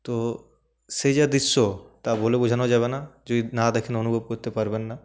তো সে যা দৃশ্য তা বলে বোঝানো যাবে না যদি না দেখেন অনুভব করতে পারবেন না